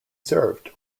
served